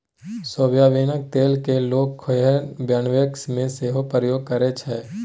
सोयाबीनक तेल केँ लोक खेनाए बनेबाक मे सेहो प्रयोग करै छै